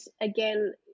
again